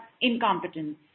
incompetence